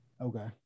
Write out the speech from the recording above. Okay